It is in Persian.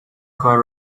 کار